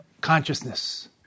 consciousness